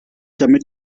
damit